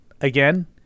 again